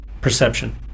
Perception